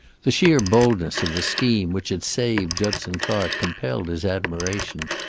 the sheer boldness of the scheme which had saved judson clark compelled his admiration,